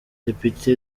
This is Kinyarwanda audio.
depite